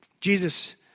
Jesus